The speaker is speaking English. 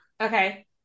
Okay